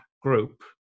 group